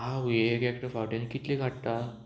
आवोय एक एक फावटी कितले काडटा